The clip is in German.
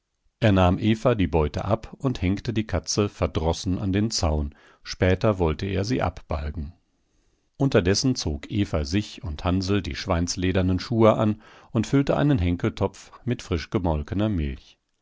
er nahm eva die beute ab und hängte die katze verdrossen an den zaun später wollte er sie abbalgen unterdessen zog eva sich und hansl die schweinsledernen schuhe an und füllte einen henkeltopf mit frischgemolkener milch